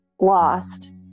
lost